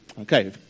Okay